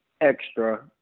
extra